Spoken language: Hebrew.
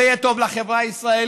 זה יהיה טוב לחברה הישראלית,